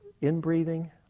in-breathing